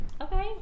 okay